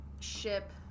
ship